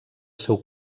seu